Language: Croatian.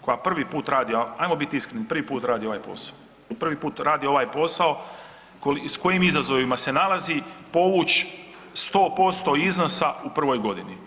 koja prvi put radi, ajmo biti iskreni prvi put radi ovaj posao, prvi put radi ovaj posao s kojim izazovima se nalazi povuć 100% iznosa u prvoj godini.